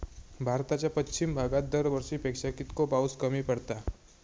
भारताच्या पश्चिम भागात दरवर्षी पेक्षा कीतको पाऊस कमी पडता?